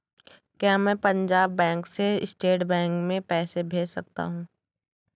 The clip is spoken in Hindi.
क्या मैं पंजाब बैंक से स्टेट बैंक में पैसे भेज सकता हूँ?